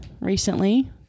recently